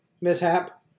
mishap